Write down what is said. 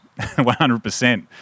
100%